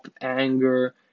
anger